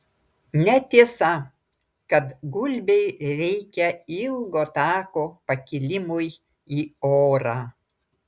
netiesa kad gulbei reikia ilgo tako pakilimui į orą